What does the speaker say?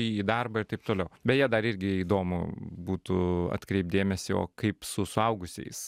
į darbą ir taip toliau beje dar irgi įdomu būtų atkreipt dėmesį o kaip su suaugusiais